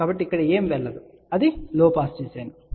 కాబట్టి ఇక్కడకు ఏమీ వెళ్ళదు అది లో పాస్ డిజైన్